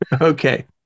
Okay